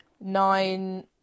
Nine